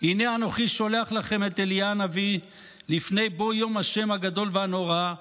"הנה אנכי שֹׁלח לכם את אליה הנביא לפני בוא יום ה' הגדול והנורא.